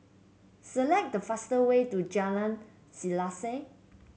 select the faster way to Jalan Selaseh